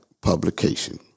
publication